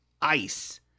ice